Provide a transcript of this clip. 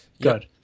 Good